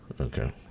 Okay